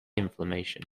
inflammation